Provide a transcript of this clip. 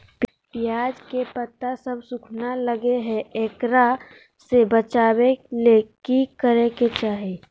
प्याज के पत्ता सब सुखना गेलै हैं, एकरा से बचाबे ले की करेके चाही?